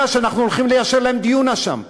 שאנחנו הולכים ליישר להם דיונה שם.